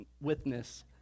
witness